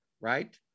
right